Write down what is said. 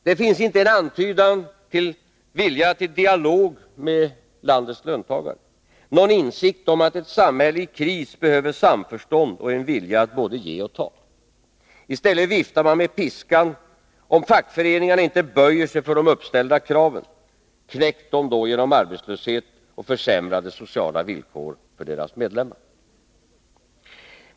Det finns inte en antydan till vilja till dialog med landets löntagare, någon insikt om att ett samhälle i kris behöver samförstånd och en vilja att både ge och ta. I stället viftar man med piskan: om fackföreningarna inte böjer sig för de uppställda kraven — knäck dem då genom arbetslöshet och försämrade sociala villkor för deras medlemmar.